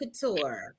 Couture